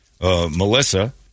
Melissa